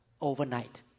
overnight